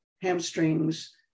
hamstrings